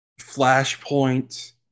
Flashpoint